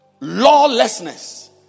Lawlessness